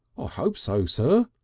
ah hope so, sir,